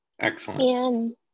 Excellent